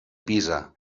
pisa